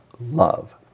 Love